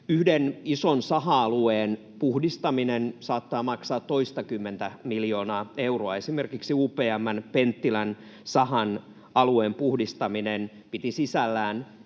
Yhden ison saha-alueen puhdistaminen saattaa maksaa toistakymmentä miljoonaa euroa. Esimerkiksi UPM:n Penttilän sahan alueen puhdistaminen piti sisällään